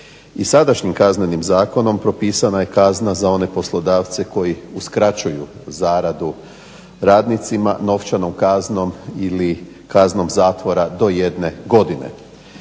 Sadašnjim kaznenim zakonom propisana je kazna za one poslodavce koji uskraćuju zaradu radnicima novčanom kaznom ili kaznom zatvora do jedne godine.